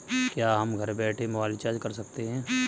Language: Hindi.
क्या हम घर बैठे मोबाइल रिचार्ज कर सकते हैं?